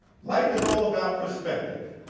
life is all about perspective.